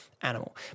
animal